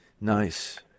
Nice